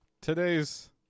today's